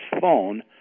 phone